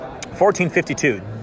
1452